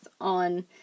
on